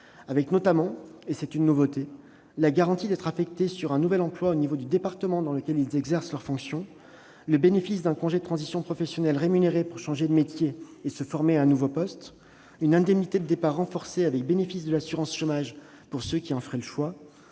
notamment, et c'est une nouveauté, la garantie d'être affectés à un nouvel emploi dans le département dans lequel ils exercent leurs fonctions, le bénéfice d'un congé de transition professionnelle rémunéré pour changer de métier et se former à un nouveau poste, une indemnité de départ renforcée, avec le bénéfice de l'assurance chômage, pour ceux qui souhaiteraient poursuivre